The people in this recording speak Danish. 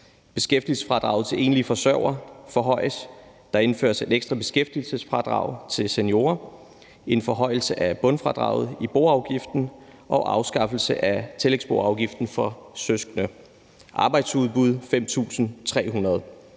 Beskæftigelsesfradraget til enlige forsørgere forhøjes, der indføres et ekstra beskæftigelsesfradrag til seniorer og en forhøjelse af bundfradraget i boafgiften, og tillægsboafgiften for søskende afskaffes.